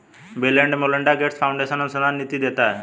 bill and Melinda Gates Foundation अनुसंधान निधि देती है